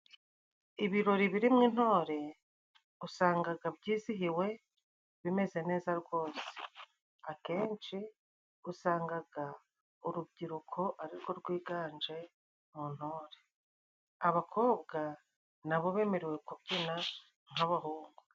Ibirori birimo intore usangaga byizihiwe bimeze neza rwose. Akenshi usangaga urubyiruko ari rwo rwiganje mu ntore. Abakobwa nabo bemerewe kubyina nk'abahungu.